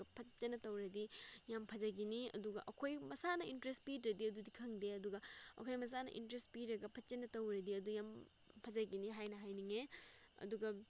ꯐꯖꯅ ꯇꯧꯔꯗꯤ ꯌꯥꯝ ꯐꯖꯒꯅꯤ ꯑꯗꯨꯒ ꯑꯩꯈꯣꯏ ꯃꯁꯥꯅ ꯏꯟꯇꯔꯦꯁ ꯄꯤꯗ꯭ꯔꯗꯤ ꯑꯗꯨꯗꯤ ꯈꯪꯗꯦ ꯑꯗꯨꯒ ꯑꯩꯈꯣꯏ ꯃꯁꯥꯅ ꯏꯟꯇꯔꯦꯁ ꯄꯤꯔꯒ ꯐꯖꯅ ꯇꯧꯔꯗꯤ ꯑꯗꯨ ꯌꯥꯝ ꯐꯖꯒꯅꯤ ꯍꯥꯏꯅ ꯍꯥꯏꯅꯤꯡꯉꯦ ꯑꯗꯨꯒ